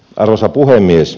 arvoisa puhemies